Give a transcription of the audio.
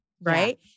Right